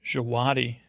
Jawadi